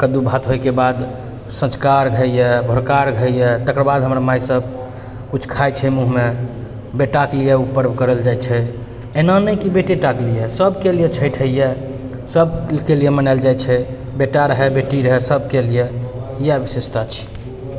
कद्दू भात होइके बाद साँझका अर्घ होइए भोरका अर्घ होइए ओकर बाद हमर माइ सभ कुछ खाइ छै मुँहमे बेटाके लिए उ परब करल जाइ छै एना नहि कि बेटेटाके लिए सभके लिए छठि होइए सभक लिए मनायल जाइ छै बेटा रहै बेटी रहै सभके लिए इएह विशेषता छै